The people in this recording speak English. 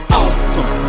awesome